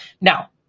now